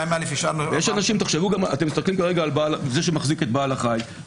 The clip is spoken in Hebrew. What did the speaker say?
אתם מסתכלים כרגע על זה שמחזיק את בעל החי,